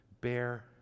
bear